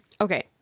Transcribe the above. Okay